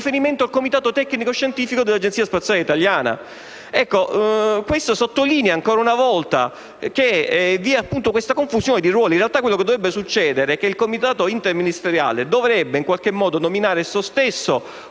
il Comitato interministeriale dovrebbe nominare esso stesso